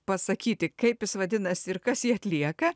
pasakyti kaip jis vadinasi ir kas jį atlieka